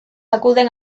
acuden